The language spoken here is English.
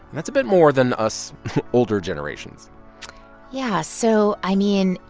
and that's a bit more than us older generations yeah. so, i mean,